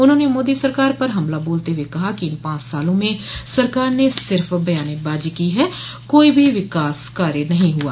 उन्होंने मोदी सरकार पर हमला बोलते हुए कहा कि इन पांच सालों में सरकार ने सिर्फ बयानबाजी की है कोई भी विकास का कार्य नहीं हुआ